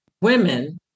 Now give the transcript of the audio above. women